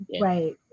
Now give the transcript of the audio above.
right